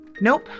Nope